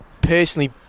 personally